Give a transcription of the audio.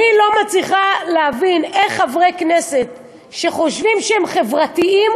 אני לא מצליחה להבין איך חברי כנסת שחושבים שהם חברתיים,